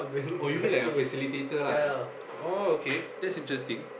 oh you mean like a facilitator lah oh okay that's interesting